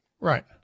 Right